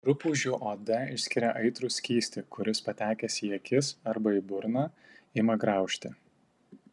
rupūžių oda išskiria aitrų skystį kuris patekęs į akis arba į burną ima graužti